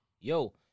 yo